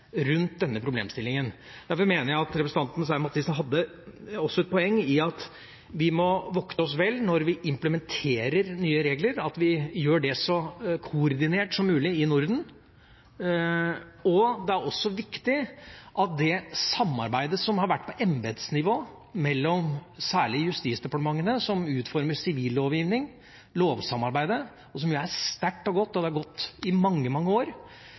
rundt denne problemstillinga. Derfor mener jeg at representanten Stein Mathisen også hadde et poeng i at vi må vokte oss vel når vi implementerer nye regler, og at vi gjør det så koordinert som mulig i Norden. Det er også viktig det samarbeidet som har vært på embetsnivå, mellom særlig justisdepartementene, som utformer sivillovgivning – lovsamarbeidet, som er sterkt og godt og har pågått i mange, mange år,